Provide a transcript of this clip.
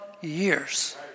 years